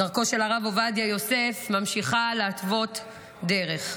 דרכו של הרב עובדיה יוסף ממשיכה להתוות דרך,